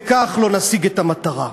וכך לא נשיג את המטרה.